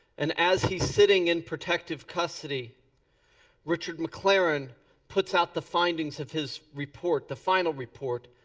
and as he's sitting in protective custody richard mclaren puts out the findings of his report the final report,